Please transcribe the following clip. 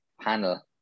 panel